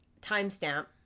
timestamp